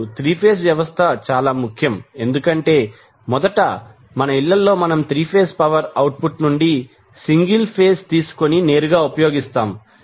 ఇప్పుడు 3 ఫేజ్ వ్యవస్థ చాలా ముఖ్యం ఎందుకంటే మొదట మన ఇళ్ళలో మనం 3 ఫేజ్ పవర్ అవుట్పుట్ నుండి సింగల్ ఫేజ్ తీసుకుని నేరుగా ఉపయోగిస్తాము